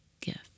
gift